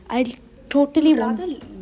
I totally